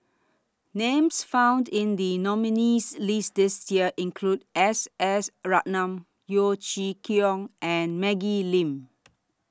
Names found in The nominees' list This Year include S S Ratnam Yeo Chee Kiong and Maggie Lim